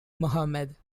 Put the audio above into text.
muhammed